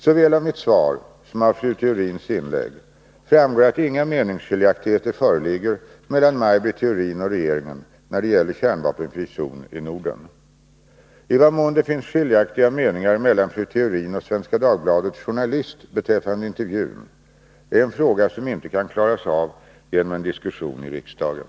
Såväl av mitt svar som av fru Theorins inlägg framgår att inga meningsskiljaktigheter föreligger mellan Maj Britt Theorin och regeringen när det gäller kärnvapenfri zon i Norden. I vad mån det finns skiljaktiga meningar mellan fru Theorin och Svenska Dagbladets journalist är en fråga som inte kan klaras av genom en diskussion i riksdagen.